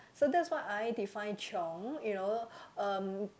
so that's what I define chiong you know um